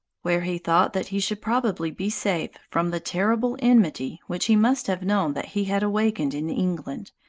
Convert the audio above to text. where he thought that he should probably be safe from the terrible enmity which he must have known that he had awakened in england,